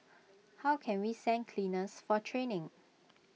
how can we send cleaners for training